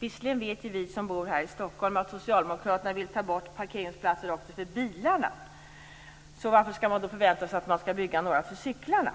Visserligen vet vi som bor i Stockholm att socialdemokraterna vill ta bort parkeringsplatser också för bilarna. Varför då förvänta sig att man skall bygga parkeringsplatser för cyklar?